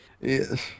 Yes